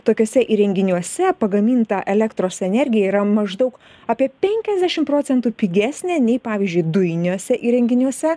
tokiuose įrenginiuose pagaminta elektros energija yra maždaug apie penkiasdešim procentų pigesnė nei pavyzdžiui dujiniuose įrenginiuose